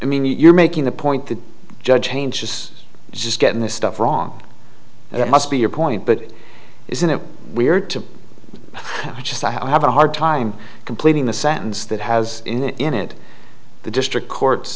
i mean you're making the point that judge change is just getting this stuff wrong that must be your point but isn't it weird to just i have a hard time completing the sentence that has in it the district court